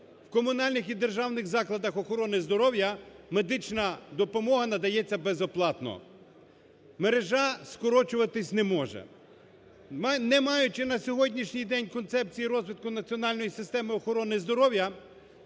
"У комунальних і державних закладах охорони здоров'я медична допомога надається безоплатно. Мережа скорочуватися не може". Не маючи на сьогоднішній день концепції розвитку національної системи охорони здоров'я,